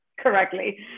correctly